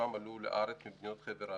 שרובם עלו לארץ ממדינות חבר העמים.